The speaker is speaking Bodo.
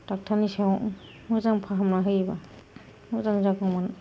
डक्ट'रनि सायाव मोजां फाहामना होयोबा मोजां जागौमोन